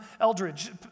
Eldridge